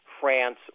France